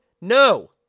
No